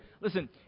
Listen